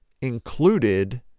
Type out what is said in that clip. included